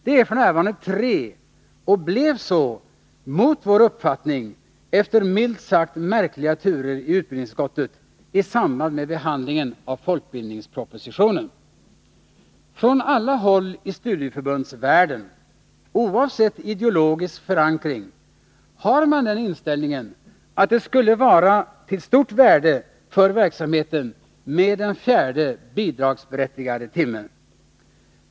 Det är f. n. tre, och blev så mot vår uppfattning efter milt sagt märkliga turer i utbildningsutskottet i samband med behandlingen av folkbildningspropositionen. Från alla håll i studieförbundsvärlden, oavsett ideologisk förankring, har man den inställningen att en fjärde bidragsberättigad timme skulle vara av stort värde för verksamheten.